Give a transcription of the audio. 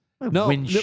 No